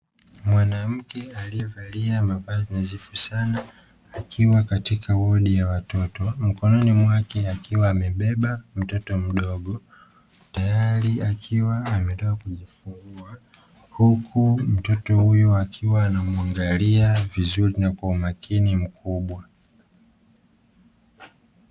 Mwanamke aliyevalia mavazi nadhifu sana akiwa katika wodi ya watoto, mkononi mwake akiwa amebeba mtoto mdogo tayari akiwa ametoka kujifungua, huku mtoto huyu akiwa anamwangalia vizuri na kwa umakini mkubwa.